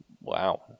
Wow